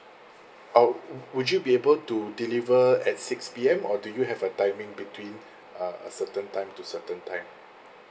oh wo~ would you be able to deliver at six P_M or do you have a timing between uh a certain time to certain time